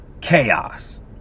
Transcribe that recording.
Chaos